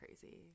crazy